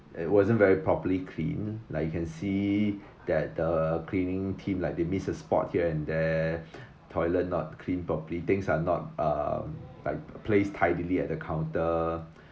it wasn't very properly clean like you can see that the cleaning team like they miss a spot here and there toilet not clean properly things are not uh like placed tidily at the counter